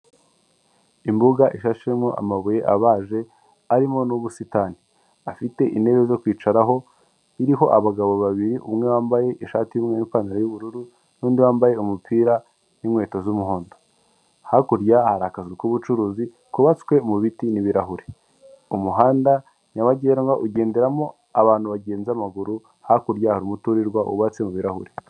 Imbuga ishashemo amabuye abaje arimo n'ubusitani afite intebe zo kwicaraho iriho abagabo babiri umwe bambaye ishati y'umweru n'ipantaro y'ubururu n'undi wambaye umupira n'inkweto z'umuhondo hakurya hari akazu k'ubucuruzi kubatswe mu biti n'ibirahure umuhanda nyabagendwa ugenderamo abantu bagendaza amaguru hakurya hari umuturirwa wubatse mu birahuri.